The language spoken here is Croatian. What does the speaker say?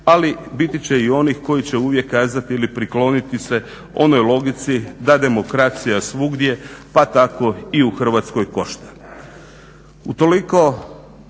ali biti će i onih koji će uvijek kazati ili se prikloniti se onoj logici da demokracija svugdje pa tako i u Hrvatskoj košta.